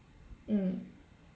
mm